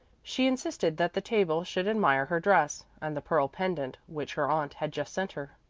she insisted that the table should admire her dress, and the pearl pendant which her aunt had just sent her.